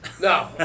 No